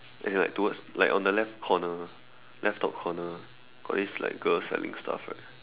as in like towards like on the left corner left top corner got this girl selling stuff right